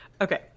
okay